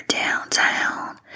downtown